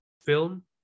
film